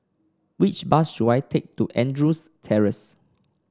which bus should I take to Andrews Terrace